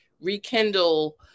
rekindle